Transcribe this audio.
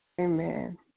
Amen